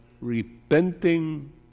repenting